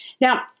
Now